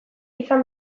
izan